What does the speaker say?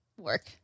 work